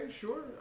sure